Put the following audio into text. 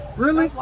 really?